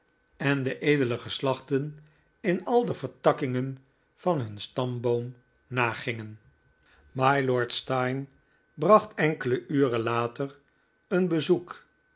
en de edele geslachten in al de vertakkingen van hun stamboom nagingen mylord steyne bracht enkele uren later een bezoek